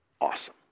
awesome